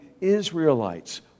Israelites